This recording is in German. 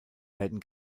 werden